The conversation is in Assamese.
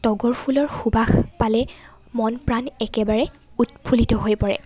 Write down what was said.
তগৰ ফুলৰ সুবাস পালে মন প্ৰাণ একেবাৰে উৎফুল্লিত হৈ পৰে